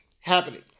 happening